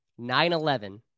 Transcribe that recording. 9-11